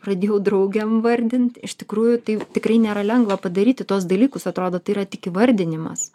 pradėjau draugėm vardint iš tikrųjų tai tikrai nėra lengva padaryti tuos dalykus atrodo tai yra tik įvardinimas